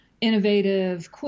innovative